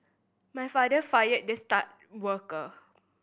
my father fired the star worker